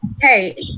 Hey